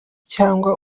cyangwa